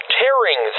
tearing